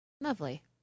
lovely